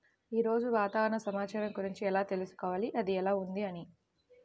ఈరోజు వాతావరణ సమాచారం గురించి ఎలా తెలుసుకోవాలి అది ఎలా ఉంది అని?